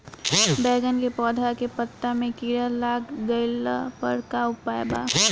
बैगन के पौधा के पत्ता मे कीड़ा लाग गैला पर का उपाय बा?